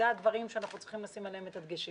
אלה הדברים שאנחנו צריכים לשים עליהם את הדגשים,